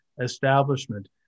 establishment